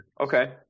Okay